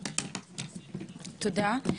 תודה.